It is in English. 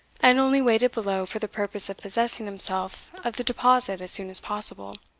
and only waited below for the purpose of possessing himself of the deposit as soon as possible,